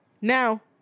Now